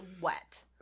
wet